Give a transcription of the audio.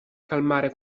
calmare